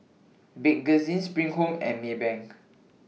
Bakerzin SPRING Home and Maybank